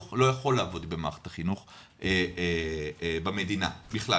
או לא יכול לעבוד במערכת החינוך במדינה בכלל,